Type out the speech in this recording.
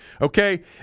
Okay